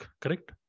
correct